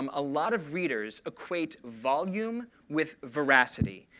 um a lot of readers equate volume with veracity.